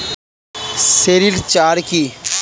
Sericulture কি?